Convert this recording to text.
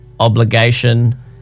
obligation